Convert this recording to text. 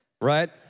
right